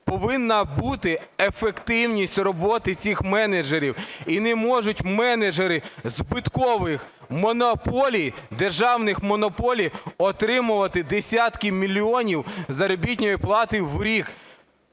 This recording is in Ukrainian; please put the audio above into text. повинна бути ефективність роботи цих менеджерів. І не можуть менеджери збиткових монополій, державних монополій отримувати десятки мільйонів заробітної плати в рік.